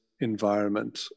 environment